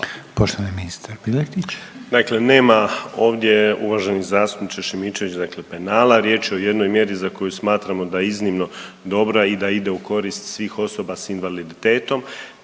**Piletić, Marin (HDZ)** Dakle, nema ovdje uvaženi zastupniče Šimičević penala, riječ je o jednoj mjeri za koju smatramo da je iznimno dobra i da ide u korist svih osoba s invaliditetom.